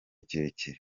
kirekire